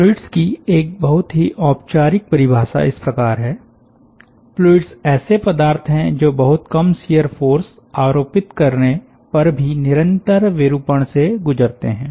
fluids की एक बहुत ही औपचारिक परिभाषा इस प्रकार है फ्लुइड्स ऐसे पदार्थ हैं जो बहुत कम शियर फ़ोर्स आरोपित करने पर भी निरंतर विरूपण से गुजरते हैं